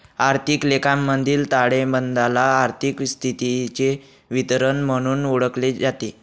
आर्थिक लेखामधील ताळेबंदाला आर्थिक स्थितीचे विवरण म्हणूनही ओळखले जाते